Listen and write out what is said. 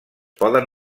poden